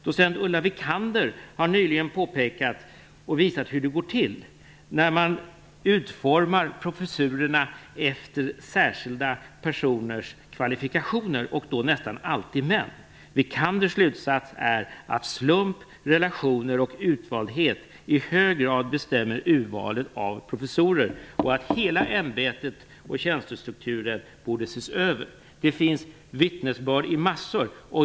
Docent Ulla Wikander har nyligen påpekat och visat hur det går till när man utformar professurer efter särskilda personers kvalifikationer och då nästan alltid män. Wikanders slutsats är att slump, relationer och utvaldhet i hög grad bestämmer urvalet av professorer och att hela ämbetet och tjänstestrukturen borde ses över. Det finns vittnesbörd i massor.